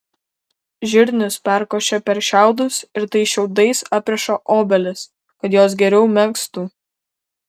žirnius perkošia per šiaudus ir tais šiaudais apriša obelis kad jos geriau megztų